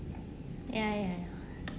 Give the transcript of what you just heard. ya ya ya